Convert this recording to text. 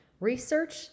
research